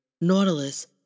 Nautilus